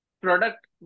product